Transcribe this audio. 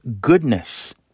goodness